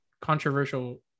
controversial